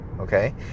okay